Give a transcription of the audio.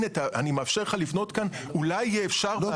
הנה אני מאפשר לך לבנות כאן ואולי יהיה אפשר בעתיד להוריד את זה.